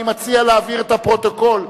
אני מציע להעביר את הפרוטוקול,